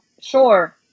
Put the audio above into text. sure